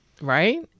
right